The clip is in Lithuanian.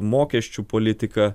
mokesčių politiką